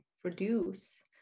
produce